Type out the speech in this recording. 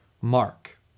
Mark